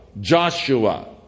Joshua